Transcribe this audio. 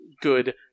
good